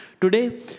Today